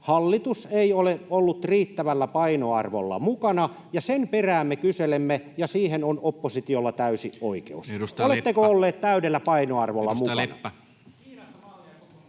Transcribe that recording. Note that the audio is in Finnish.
hallitus ei ole ollut riittävällä painoarvolla mukana, ja sen perään me kyselemme ja siihen on oppositiolla täysi oikeus. Oletteko olleet täydellä painoarvolla mukana? [Jukka Mäkynen: Kiinasta